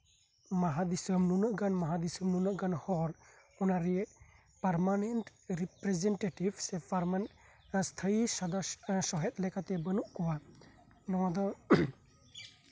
ᱢᱟᱦᱟᱫᱤᱥᱚᱢ ᱱᱩᱱᱟᱹᱜ ᱜᱟᱱ ᱦᱚᱲ ᱚᱱᱟ ᱨᱮᱱ ᱯᱟᱨᱢᱟᱱᱮᱱᱴ ᱨᱤ ᱯᱨᱮᱡᱮᱱᱴᱤᱴᱤᱵ ᱥᱮ ᱯᱟᱨᱢᱟᱱᱮᱱᱴ ᱥᱮ ᱥᱛᱷᱟᱭᱤ ᱥᱚᱫᱚᱥᱥᱚ ᱮᱸᱜ ᱥᱚᱦᱮᱫ ᱞᱮᱠᱟᱛᱮ ᱵᱟᱹᱱᱩᱜ ᱠᱚᱣᱟ ᱱᱚᱶᱟ ᱫᱚ